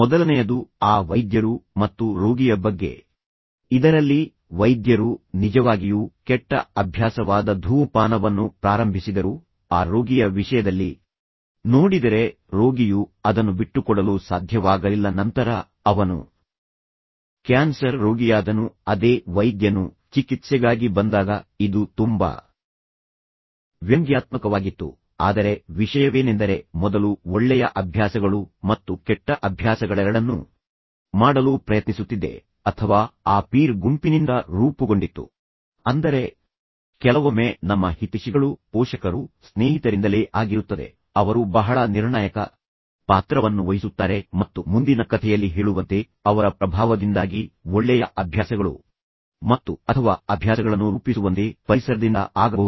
ಮೊದಲನೆಯದು ಆ ವೈದ್ಯರು ಮತ್ತು ರೋಗಿಯ ಬಗ್ಗೆ ಇದರಲ್ಲಿ ವೈದ್ಯರು ನಿಜವಾಗಿಯೂ ಕೆಟ್ಟ ಅಭ್ಯಾಸವಾದ ಧೂಮಪಾನವನ್ನು ಪ್ರಾರಂಭಿಸಿದರು ಆಹ್ ರೋಗಿಯ ವಿಷಯದಲ್ಲಿ ನೋಡಿದರೆ ರೋಗಿಯು ಅದನ್ನು ಬಿಟ್ಟುಕೊಡಲು ಸಾಧ್ಯವಾಗಲಿಲ್ಲ ನಂತರ ಅವನು ಕ್ಯಾನ್ಸರ್ ರೋಗಿಯಾದನು ಅದೇ ವೈದ್ಯನು ಚಿಕಿತ್ಸೆಗಾಗಿ ಬಂದಾಗ ಇದು ತುಂಬಾ ವ್ಯಂಗ್ಯಾತ್ಮಕವಾಗಿತ್ತು ಆದರೆ ವಿಷಯವೇನೆಂದರೆ ಮೊದಲು ಒಳ್ಳೆಯ ಅಭ್ಯಾಸಗಳು ಮತ್ತು ಕೆಟ್ಟ ಅಭ್ಯಾಸಗಳೆರಡನ್ನೂ ಮಾಡಲು ಪ್ರಯತ್ನಿಸುತ್ತಿದ್ದೆ ಅಥವಾ ಆ ಪೀರ್ ಗುಂಪಿನಿಂದ ರೂಪುಗೊಂಡಿತ್ತು ಅಂದರೆ ಕೆಲವೊಮ್ಮೆ ನಮ್ಮ ಹಿತೈಷಿಗಳು ಕೆಲವೊಮ್ಮೆ ಪೋಷಕರು ಸಹ ನಮ್ಮ ಸ್ನೇಹಿತರಿಂದಲೇ ಆಗಿರುತ್ತದೆ ಅವರು ಬಹಳ ನಿರ್ಣಾಯಕ ಪಾತ್ರವನ್ನು ವಹಿಸುತ್ತಾರೆ ಮತ್ತು ಮುಂದಿನ ಕಥೆಯಲ್ಲಿ ಹೇಳುವಂತೆ ಅವರ ಪ್ರಭಾವದಿಂದಾಗಿ ಒಳ್ಳೆಯ ಅಭ್ಯಾಸಗಳು ಮತ್ತು ಅಥವಾ ಅಭ್ಯಾಸಗಳನ್ನು ರೂಪಿಸುವಂತೆ ಪರಿಸರದಿಂದ ಆಗಬಹುದು